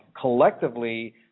collectively